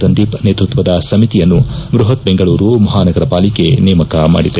ರಂದೀಪ್ ನೇತೃತ್ವದ ಸಮಿತಿಯನ್ನು ಬೃಹತ್ ಬೆಂಗಳೂರು ಮಹಾನಗರ ಪಾಲಿಕೆ ನೇಮಕ ಮಾಡಿದೆ